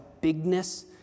bigness